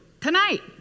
tonight